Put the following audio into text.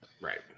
Right